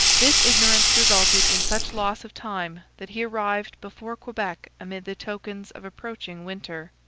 this ignorance resulted in such loss of time that he arrived before quebec amid the tokens of approaching winter.